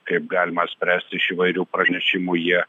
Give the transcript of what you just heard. kaip galima spręsti iš įvairių pranešimų jie